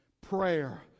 prayer